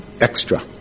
extra